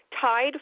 tied